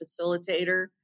facilitator